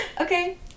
Okay